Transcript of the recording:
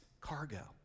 cargo